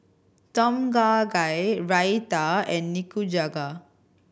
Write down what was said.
Tom Kha Gai Raita and Nikujaga